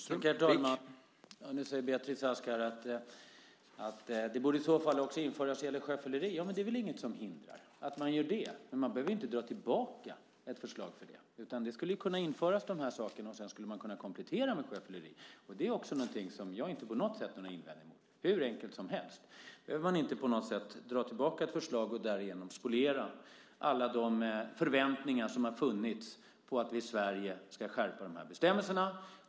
Herr talman! Nu säger Beatrice Ask att sådan lagstiftning borde införas också när det gäller sjöfylleri. Det är väl inget som hindrar att man gör det, men man behöver väl inte dra tillbaka ett förslag av det skälet? Man skulle kunna införa lagstiftning enligt förslaget och sedan komplettera med bestämmelser om sjöfylleri. Det har jag inte på något sätt några invändningar emot, och det vore hur enkelt som helst att göra det. Men för den sakens skull behöver man inte dra tillbaka ett förslag och därmed spoliera alla de förväntningar som har funnits på att vi i Sverige ska skärpa de här bestämmelserna.